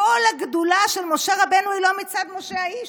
כל הגדולה של משה רבנו היא לא מצד משה האיש,